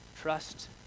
Trust